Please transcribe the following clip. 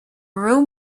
room